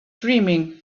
dreaming